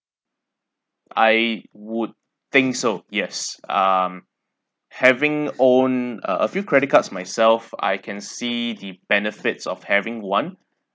I would think so yes um having own uh a few credit cards myself I can see the benefits of having one